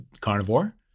carnivore